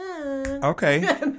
Okay